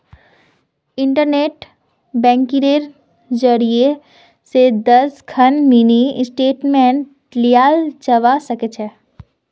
internet बैंकिंगेर जरियई स दस खन मिनी स्टेटमेंटक लियाल जबा स ख छ